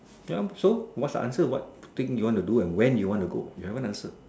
yep so what's the answer what thing you wanna do and when you wanna go you haven't answer